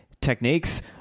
techniques